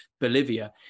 Bolivia